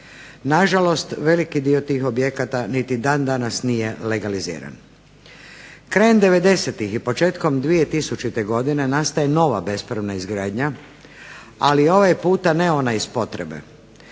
Na žalost, veliki dio tih objekata niti dan-danas nije legaliziran. Krajem 90-tih i početkom 2000. nastaje nova bespravna izgradnja, ali ovaj puta ne ona iz potrebe,